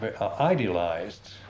idealized